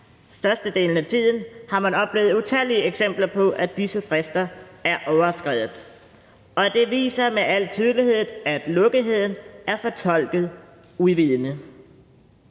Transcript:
størstedelen af tiden har man oplevet utallige eksempler på, at disse frister er overskredet. Det viser med al tydelighed, at lukketheden er fortolket udvidende.